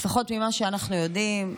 לפחות ממה שאנחנו יודעים?